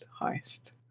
heist